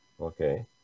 Okay